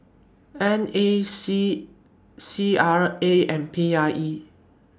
N A C C R A and P I E